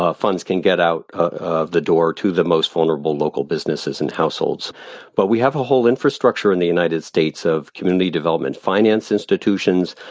ah funds can get out of the door to the most vulnerable local businesses and households but we have a whole infrastructure in the united states of community development finance institutions,